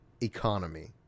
Economy